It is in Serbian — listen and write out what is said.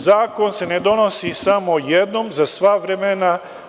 Zakon se ne donosi samo jednom za sva vremena.